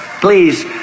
please